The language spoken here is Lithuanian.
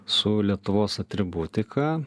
su lietuvos atributika